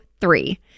three